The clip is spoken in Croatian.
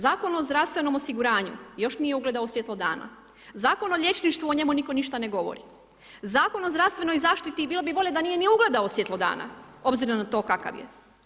Zakon o zdravstvenom osiguranju, još nije ugledao svjetlo dana, Zakon o liječništvu, o njemu nitko ništa ne govori, Zakon o zdravstvenoj zaštiti, bilo bi bolje da nije ni ugledao svjetlo dana obzirom na to kakav je.